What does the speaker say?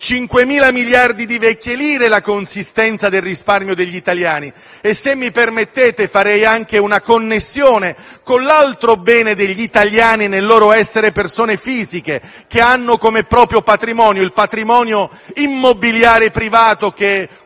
5.000 miliardi delle vecchie lire la consistenza del risparmio degli italiani. E, se mi permettete, farei anche una connessione con l'altro bene degli italiani nel loro essere persone fisiche, che hanno come proprio patrimonio il patrimonio immobiliare privato, che